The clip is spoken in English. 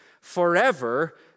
forever